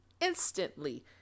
instantly